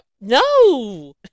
No